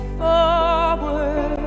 forward